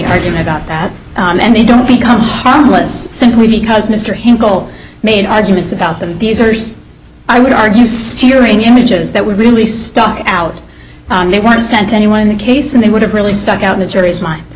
argument about that and they don't become harmless simply because mr hinkle made arguments about them these are i would argue searing images that were really stuck out they weren't sent to anyone in the case and they would have really stuck out in the jury's mind